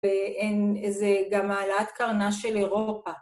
‫וזה גם העלאת קרנה של אירופה.